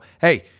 hey